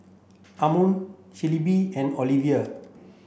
Ammon Shelbi and Oliva